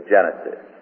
Genesis